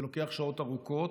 זה לוקח שעות ארוכות.